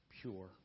pure